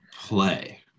play